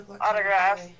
autographs